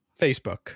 Facebook